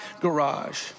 garage